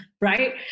right